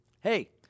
hey